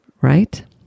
right